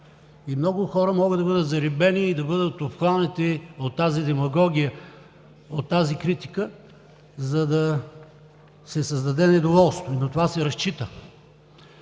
Много хора могат да бъдат зарибени и да бъдат обхванати от тази демагогия, от тази критика, за да се създаде недоволство, и на това се разчита.